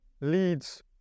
leads